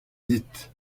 dit